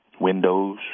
windows